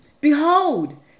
Behold